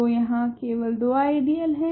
तो यहाँ केवल दो आइडियल है